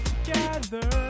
Together